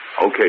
Okay